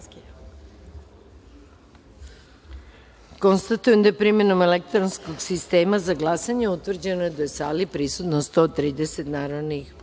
sali. Konstatujem da je primenom elektronskog sistema za glasanje utvrđeno da je u sali prisutno 130 narodnih